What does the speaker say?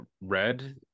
red